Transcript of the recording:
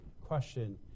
question